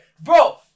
bro